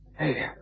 Hey